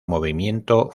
movimiento